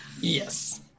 Yes